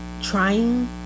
trying